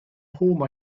home